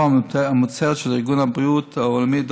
המוצהרת של ארגון הבריאות העולמי,